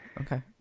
Okay